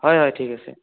হয় হয় ঠিক আছে